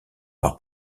par